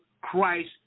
Christ